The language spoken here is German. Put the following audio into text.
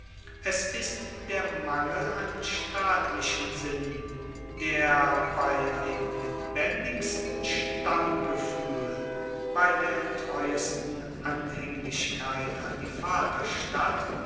es ist der mangel an staatlichem sinn der bei dem lebendigsten stammgefuehl bei der treuesten anhaenglichkeit an die